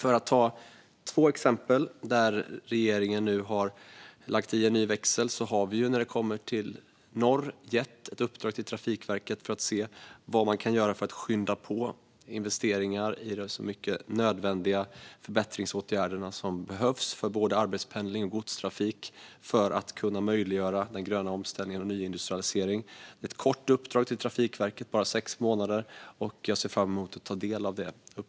Ett exempel där vi i regeringen nu har lagt i en ny växel är att vi, när det kommer till norr, har gett ett uppdrag till Trafikverket för att se vad man kan göra för att skynda på investeringar i de så nödvändiga förbättringsåtgärder som behövs för både arbetspendling och godstrafik för att möjliggöra den gröna omställningen och nyindustrialisering. Det är ett kort uppdrag till Trafikverket, bara sex månader, och jag ser fram emot att ta del av det.